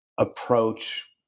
Approach